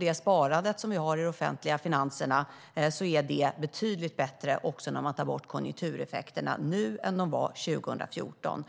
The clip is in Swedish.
Det sparande vi har i de offentliga finanserna är även det betydligt bättre nu än det var 2014, också när man tar bort konjunktureffekterna.